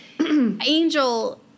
Angel